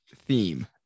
theme